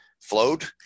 flowed